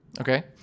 okay